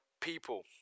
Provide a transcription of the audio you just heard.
people